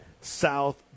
South